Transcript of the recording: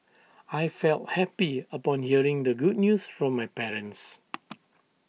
I felt happy upon hearing the good news from my parents